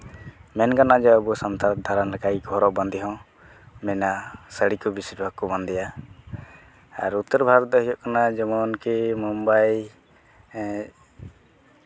ᱢᱮᱱᱜᱟᱱᱚᱜᱼᱟ ᱡᱮ ᱟᱵᱚ ᱥᱟᱱᱛᱟᱲ ᱫᱷᱟᱨᱟ ᱜᱮᱠᱚ ᱦᱚᱨᱚᱜ ᱵᱟᱸᱫᱮ ᱦᱚᱸ ᱢᱮᱱᱟᱜᱼᱟ ᱥᱟᱹᱲᱤ ᱠᱚ ᱵᱮᱥᱤᱨᱵᱷᱟᱜᱽ ᱠᱚ ᱵᱟᱸᱫᱮᱭᱟ ᱟᱨ ᱩᱛᱛᱚᱨ ᱵᱷᱟᱨᱚᱛ ᱫᱚ ᱦᱩᱭᱩᱜ ᱠᱟᱱᱟ ᱡᱮᱢᱚᱱᱠᱤ ᱢᱳᱢᱵᱟᱭ ᱦᱮᱸ